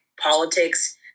politics